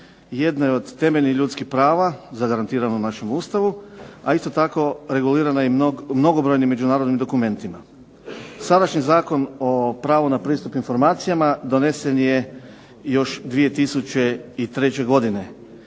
jedno je od temeljnih ljudskih prava zagarantirana u našem Ustavu, a isto tako regulirana mnogobrojnim međunarodnim dokumentima. Sadašnji Zakon o pravu na pristup informacijama donesen je još 2003. godine.